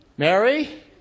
Mary